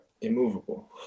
immovable